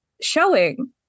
showing